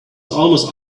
almost